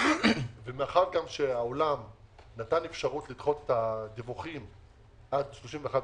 ומאחר שגם העולם נתן אפשרות לדחות את הדיווחים עד 31 בדצמבר,